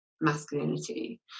masculinity